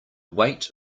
weight